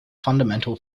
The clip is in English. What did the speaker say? fundamental